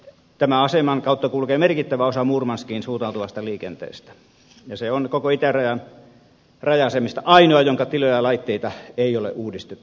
tämän aseman kautta kulkee merkittävä osa murmanskiin suuntautuvasta liikenteestä ja se on koko itärajan raja asemista ainoa jonka tiloja ja laitteita ei ole uudistettu